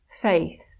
faith